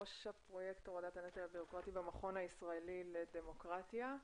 ראש פרויקט הורדת הנטל הבירוקרטי במכון הישראלי לדמוקרטיה.